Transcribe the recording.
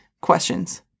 questions